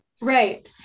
right